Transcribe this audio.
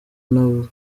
nta